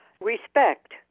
Respect